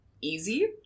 easy